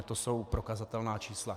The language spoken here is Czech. To jsou prokazatelná čísla.